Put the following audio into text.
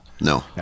No